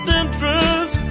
interest